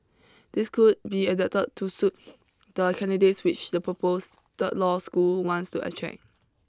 these could be adapted to suit the candidates which the proposed third third law school wants to attract